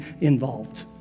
involved